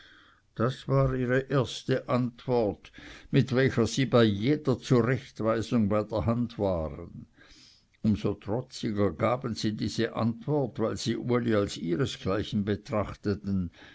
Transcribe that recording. das war ihre antwort mit welcher sie bei jeder zurechtweisung bei der hand waren um so trotziger gaben sie diese antwort weil sie uli als ihresgleichen betrachteten